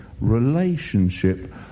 relationship